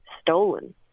stolen